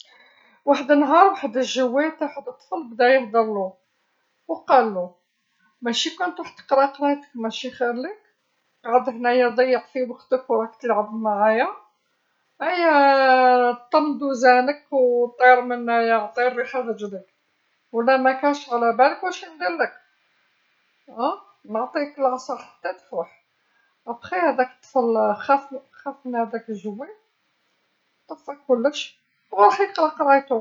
وحد النهار وحد اللعبة تاع وحد الطفل بدا يهدرلو، وقالو مشي كون تروح تقرا قرايتك مشي خيرلك، قاعد هنايا تضيع في وقتك وراك تلعب معايا، أيا طم دوزانك وطير منايا عطي الريح لرجليك، ولا ماكانش علابالك واش نديرلك، نعطيك العصا حتى تفوح، بعد ذلك هداك الطفل خاف خاف من هداك اللعبة، طفى كلش، وراح يقرا قرايتو.